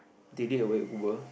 did they awake were